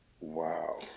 Wow